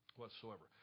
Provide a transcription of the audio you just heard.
whatsoever